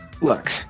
Look